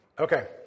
Okay